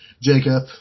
Jacob